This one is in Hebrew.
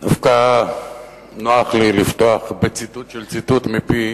דווקא נוח לי לפתוח בציטוט של ציטוט מפי